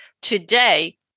Today